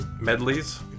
medleys